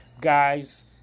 guys